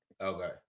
Okay